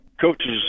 coaches